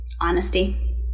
Honesty